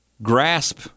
grasp